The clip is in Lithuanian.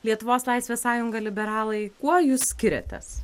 lietuvos laisvės sąjunga liberalai kuo jūs skiriatės